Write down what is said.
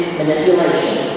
manipulation